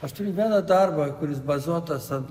aš turiu vieną darbą kuris bazuotas ant